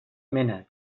mena